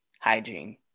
hygiene